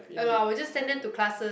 oh no I will just sent them to classes